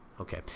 Okay